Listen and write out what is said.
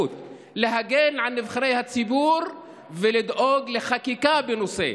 להגן על נבחרי הציבור ולדאוג לחקיקה בנושא.